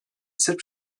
sırp